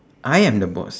I am the boss